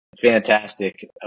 fantastic